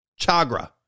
Chagra